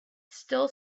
still